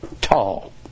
tall